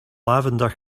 lavender